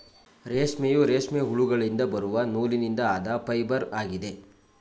ರೇಷ್ಮೆಯು, ರೇಷ್ಮೆ ಹುಳುಗಳಿಂದ ಬರುವ ನೂಲಿನಿಂದ ಆದ ಫೈಬರ್ ಆಗಿದೆ